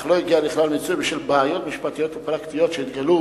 אך לא הגיעה לכלל מיצוי בשל בעיות משפטיות ופרקטיות שהתגלו